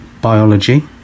biology